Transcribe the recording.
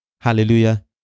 Hallelujah